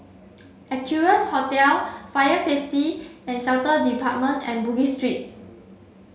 Equarius Hotel Fire Safety and Shelter Department and Bugis Street